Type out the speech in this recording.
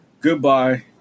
Goodbye